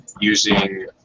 using